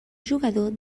jugador